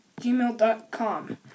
gmail.com